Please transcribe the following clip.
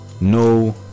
no